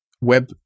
web